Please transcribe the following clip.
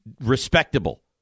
respectable